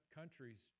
countries